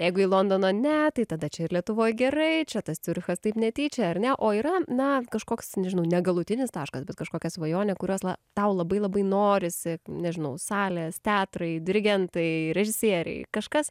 jeigu į londoną ne tai tada čia ir lietuvoj gerai čia tas ciurichas taip netyčia ar ne o yra na kažkoks nežinau ne galutinis taškas bet kažkokia svajonė kurios la tau labai labai norisi nežinau salės teatrai dirigentai režisieriai kažkas